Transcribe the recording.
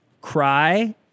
cry